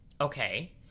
okay